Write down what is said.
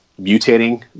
mutating